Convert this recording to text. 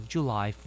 July